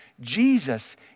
Jesus